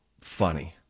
funny